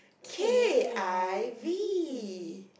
K_I_V